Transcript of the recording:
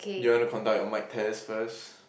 you wanna conduct your mic test first